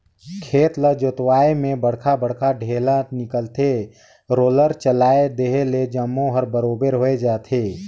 खेत ल जोतवाए में बड़खा बड़खा ढ़ेला निकलथे, रोलर चलाए देहे ले जम्मो हर बरोबर होय जाथे